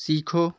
सीखो